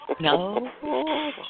No